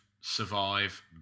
survive